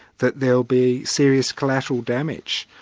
that there'll be serious collateral damage,